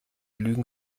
lügen